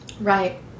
Right